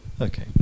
Okay